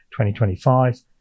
2025